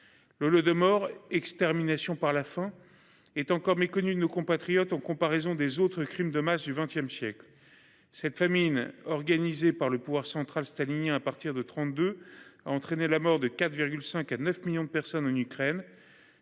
Le le de morts extermination par la faim est encore méconnu de nos compatriotes en comparaison des autres crimes de masse du 20e siècle. Cette famine organisée par le pouvoir central staliniens à partir de 32, a entraîné la mort de 4 5 à 9 millions de personnes en Ukraine.